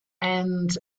and